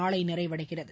நாளை நிறைவடைகிறது